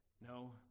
No